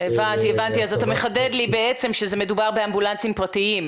אם זה חסם אפשר להסיר אותו עוד לפני מסקנות הוועדה.